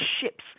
ships